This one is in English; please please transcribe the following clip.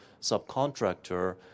subcontractor